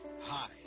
Hi